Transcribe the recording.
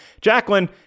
Jacqueline